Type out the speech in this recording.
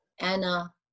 Anna